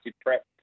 prep